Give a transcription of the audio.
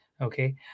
okay